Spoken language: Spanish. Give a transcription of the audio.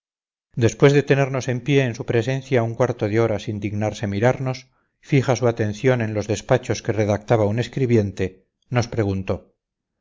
después de tenernos en pie en su presencia un cuarto de hora sin dignarse mirarnos fija su atención en los despachos que redactaba un escribiente nos preguntó